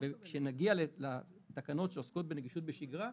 וכשנגיע לתקנות שעוסקות בנגישות בשגרה,